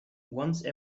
once